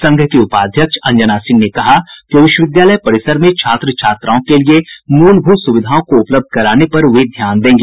संघ की उपाध्यक्ष अंजना सिंह ने कहा कि विश्वविद्यालय परिसर में छात्र छात्राओं के लिये मूलभूत सुविधाओं को उपलब्ध कराने पर वे ध्यान देंगी